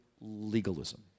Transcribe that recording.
legalism